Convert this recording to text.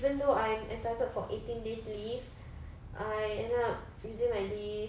even though I entitled for eighteen days leave I end up using my leave